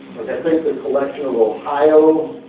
like i think the collection ohio,